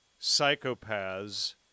psychopaths